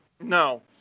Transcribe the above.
No